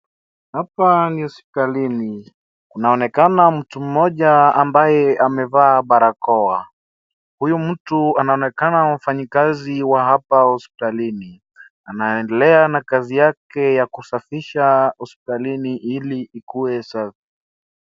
Hapa ni hosipitalini, kunaonekana mtu mmoja ambaye amevaa barakoa. Huyu mtu anaonekana mfanyikazi wa hapa hosipitalini. Anaendelea na kazi yake ya kusafisha hosipitalini ili ikuwe safi.